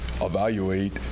evaluate